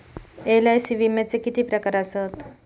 LIC विम्याचे किती प्रकार आसत?